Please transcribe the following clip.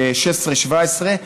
ב-2016 2017,